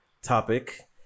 topic